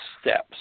steps